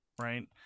right